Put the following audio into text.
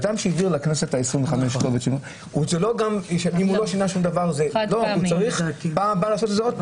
אדם שהעביר לכנסת ה-25 את הכתובת שלו צריך לעשות את זה בפעם הבאה שוב.